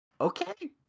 Okay